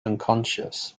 unconscious